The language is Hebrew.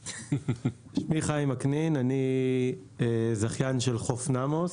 שמי חיים אקנין, אני זכיין של חוף נאמוס.